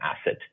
asset